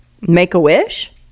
Make-A-Wish